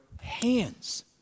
hands